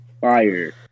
Fire